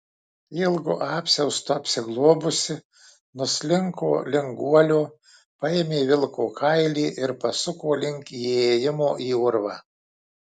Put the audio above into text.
ilgu apsiaustu apsigobusi nuslinko link guolio paėmė vilko kailį ir pasuko link įėjimo į urvą